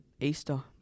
Easter